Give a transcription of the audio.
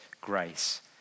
grace